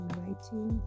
writing